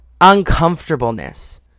uncomfortableness